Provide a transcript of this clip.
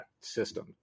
system